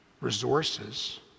resources